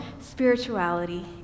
spirituality